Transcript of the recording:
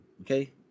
Okay